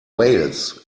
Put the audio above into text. wales